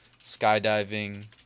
Skydiving